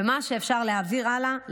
ומה שאפשר להעביר הלאה,